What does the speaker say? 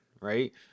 right